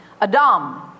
Adam